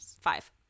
Five